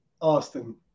Austin